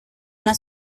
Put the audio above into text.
una